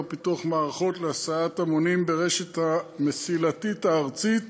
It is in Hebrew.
בפיתוח מערכות להסעת המונים ברשת המסילתית הארצית